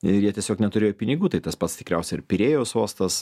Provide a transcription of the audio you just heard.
ir jie tiesiog neturėjo pinigų tai tas pats tikriausiai ir pirėjos uostas